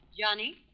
Johnny